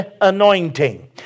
anointing